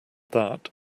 that